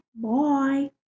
Bye